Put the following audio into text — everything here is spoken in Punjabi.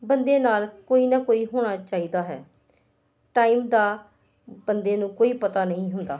ਬੰਦੇ ਨਾਲ ਕੋਈ ਨਾ ਕੋਈ ਹੋਣਾ ਚਾਹੀਦਾ ਹੈ ਟਾਈਮ ਦਾ ਬੰਦੇ ਨੂੰ ਕੋਈ ਪਤਾ ਨਹੀਂ ਹੁੰਦਾ